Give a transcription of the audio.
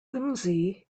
whimsy